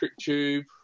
TrickTube